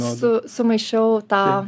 su sumaišiau tą